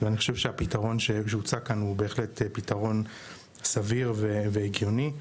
ואני חושב שהפתרון שהוצע כאן הוא סביר והגיוני,